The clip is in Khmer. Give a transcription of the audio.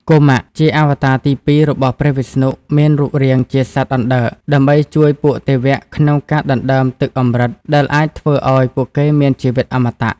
កុម៌ ជាអវតារទីពីររបស់ព្រះវិស្ណុមានរូបរាងជាសត្វអណ្តើក ដើម្បីជួយពួកទេវៈក្នុងការដណ្តើមទឹកអម្រឹត (ដែលអាចធ្វើឱ្យពួកគេមានជីវិតអមតៈ)។